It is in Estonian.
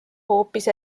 hoopis